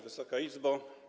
Wysoka Izbo!